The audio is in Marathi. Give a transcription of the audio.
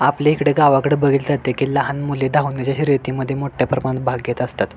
आपल्या इकडं गावाकडं बघितलं जात आहे की लहान मुले धावण्याच्या शर्यतीमध्ये मोठ्या प्रमाणात भाग घेत असतात